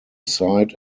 site